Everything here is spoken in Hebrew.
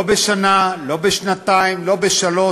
לא בשנה, לא בשנתיים, לא בשלוש.